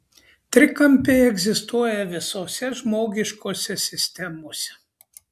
trikampiai egzistuoja visose žmogiškose sistemose